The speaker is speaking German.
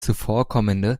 zuvorkommende